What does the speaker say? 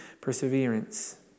perseverance